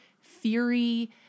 fury